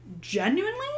genuinely